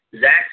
Zach